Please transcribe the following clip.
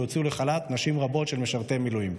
הוציאו לחל"ת נשים רבות של משרתי מילואים.